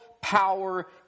power